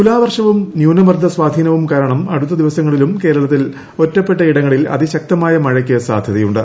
തുലാവർഷവും ന്യൂനമർദ്ദ സ്വാധീനവും കാർണം അടുത്ത ദിവസങ്ങളിലും കേരളത്തിൽ ഒറ്റപ്പെട്ടയിടങ്ങളിൽ അതിൾക്തമായ മഴയ്ക്ക് സാധ്യതയുണ്ട്